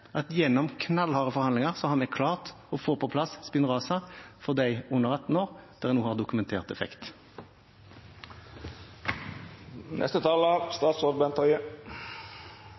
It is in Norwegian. at gjennom knallharde forhandlinger har vi klart å få på plass Spinraza for dem under 18 år, der en nå har dokumentert effekt.